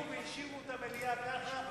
קמו והלכו והשאירו את המליאה ככה,